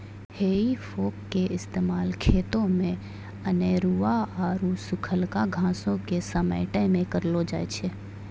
हेइ फोक के इस्तेमाल खेतो मे अनेरुआ आरु सुखलका घासो के समेटै मे करलो जाय छै